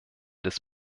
des